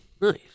nice